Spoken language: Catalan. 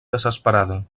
desesperada